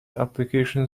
application